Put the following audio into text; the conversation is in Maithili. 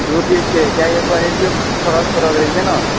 दू पीसके किएकि क्वालिटी फरक फरक रहै छै ने